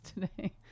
today